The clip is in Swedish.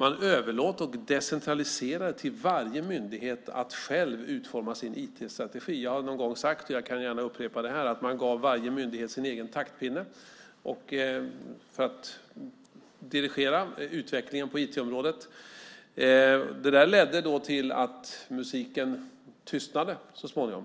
Man överlät och decentraliserade till varje myndighet att själva utforma sin IT-strategi. Jag har någon gång sagt, och jag kan gärna upprepa det, att man gav myndigheterna var sin egen taktpinne för att dirigera utvecklingen på IT-området. Det ledde till att musiken så småningom tystnade.